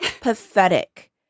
pathetic